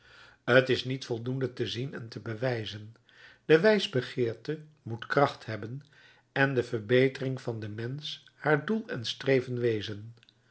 t is niet voldoende te zien en te bewijzen de wijsbegeerte moet kracht hebben en de verbetering van den mensch haar doel en streven wezen